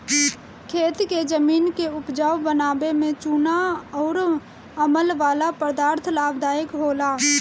खेत के जमीन के उपजाऊ बनावे में चूना अउर अमल वाला पदार्थ लाभदायक होला